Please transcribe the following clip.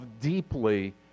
deeply